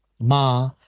Ma